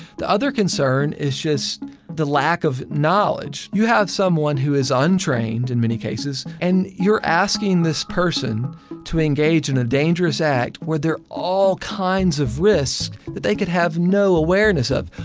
the other concern is just the lack of knowledge. you have someone who is untrained in many cases and you're asking this person to engage in a dangerous act. were there all kinds of risks that they could have no awareness of?